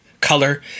color